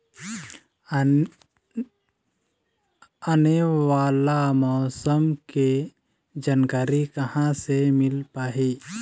आने वाला मौसम के जानकारी कहां से मिल पाही?